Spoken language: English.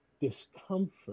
discomfort